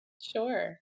Sure